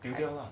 丢了